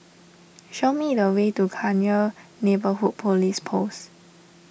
show me the way to Cairnhill Neighbourhood Police Post